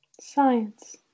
Science